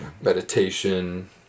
Meditation